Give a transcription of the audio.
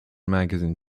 magazine